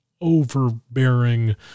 overbearing